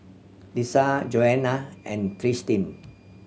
Lissa Joanne and Tristin